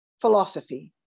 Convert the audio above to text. Philosophy